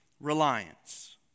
reliance